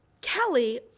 Kelly